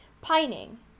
pining